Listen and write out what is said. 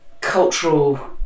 cultural